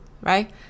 right